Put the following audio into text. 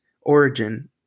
origin